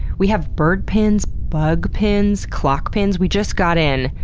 we have bird pins, bug pins, clock pins, we just got in,